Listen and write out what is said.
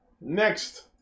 Next